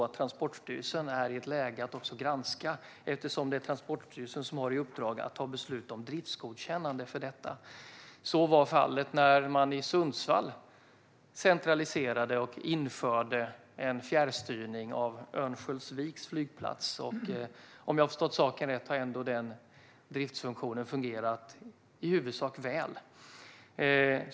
Transportstyrelsen är som sagt i ett läge då man ska granska eftersom det är Transportstyrelsen som har i uppdrag att ta beslut om driftsgodkännande för detta. Så var fallet när man i Sundsvall centraliserade och införde en fjärrstyrning av Örnsköldsviks flygplats. Om jag har förstått saken rätt har denna driftsfunktion fungerat i huvudsak väl.